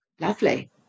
Lovely